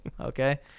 okay